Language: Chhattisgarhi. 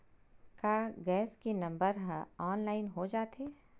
का गैस के नंबर ह ऑनलाइन हो जाथे?